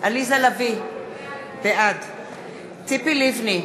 עליזה לביא, בעד ציפי לבני,